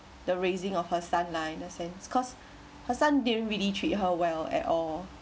the raising of her son lah in a sense cause her son didn't really treat her well at all